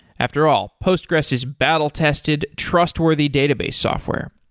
after all, postgres is battle tested, trustworthy database software,